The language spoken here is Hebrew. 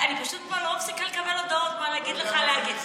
אני פשוט מאוד לא מפסיקה לקבל הודעות מה להגיד לך להגיד.